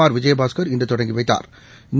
R Vijayabaskar இன்று தொடங்கி வைத்தாா்